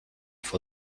for